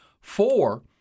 four